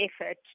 effort